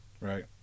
right